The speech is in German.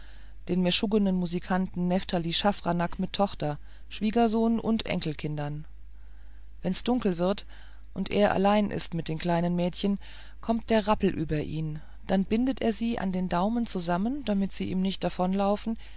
den meschuggenen musikanten nephtali schaffranek mit tochter schwiegersohn und enkelkindern wenn's dunkel wird und er allein ist mit den kleinen mädchen kommt der rappel über ihn dann bindet er sie an den daumen zusammen damit sie ihm nicht